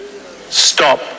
Stop